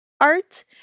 art